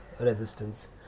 resistance